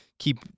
Keep